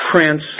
prince